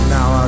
Now